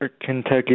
Kentucky